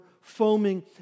foaming